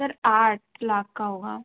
sir आठ लाख का होगा